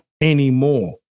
anymore